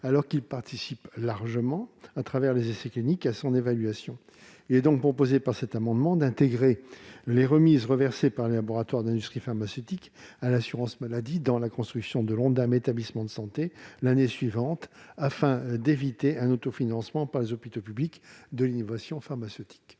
alors qu'ils participent grandement à son évaluation à travers les essais cliniques. C'est pourquoi il est proposé d'intégrer les remises reversées par les laboratoires de l'industrie pharmaceutique à l'assurance maladie dans la construction de l'Ondam établissements de santé l'année suivante, afin d'éviter un autofinancement par les hôpitaux publics de l'innovation pharmaceutique.